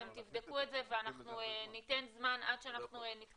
אתם תבדקו את זה ואנחנו ניתן זמן עד שנתכנס